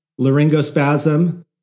laryngospasm